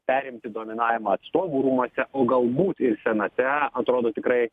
perimti dominavimą atstovų rūmuose o galbūt ir senate atrodo tikrai